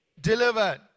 delivered